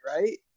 right